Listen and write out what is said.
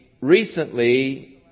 recently